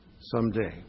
someday